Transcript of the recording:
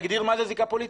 תגדיר מה זה זיקה פוליטית.